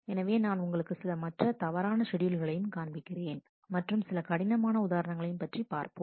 எனவே நான் உங்களுக்கு சில மற்ற தவறான ஷெட்யூல்களையும் காண்பிக்கிறேன் மற்றும் சில கடினமான உதாரணங்களையும் பற்றி பார்ப்போம்